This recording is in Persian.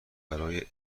برای